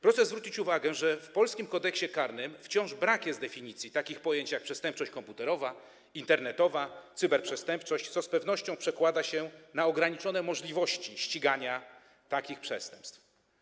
Proszę zwrócić uwagę, że w polskim Kodeksie karnym wciąż brak jest definicji takich pojęć jak: przestępczość komputerowa, internetowa, cyberprzestępczość, co z pewnością przekłada się na ograniczone możliwości ścigania takich przestępstw.